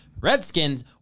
Redskins